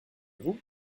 vous